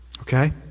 Okay